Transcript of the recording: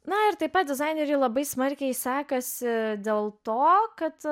na ir taip pat dizaineriui labai smarkiai sekasi dėl to kad